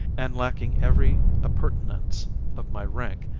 and lacking every appurtenance of my rank,